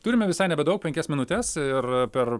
turime visai nebedaug penkias minutes ir per